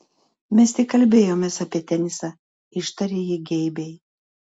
mes tik kalbėjomės apie tenisą ištarė ji geibiai